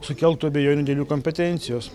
sukeltų abejonių dėl jų kompetencijos